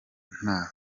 nta